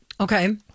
Okay